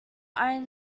iron